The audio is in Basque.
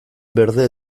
berde